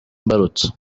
imbarutso